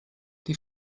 die